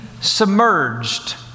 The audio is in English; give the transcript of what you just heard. submerged